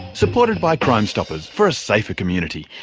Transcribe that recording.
supported by crime stoppers for a safer community.